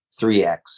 3X